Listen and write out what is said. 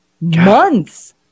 Months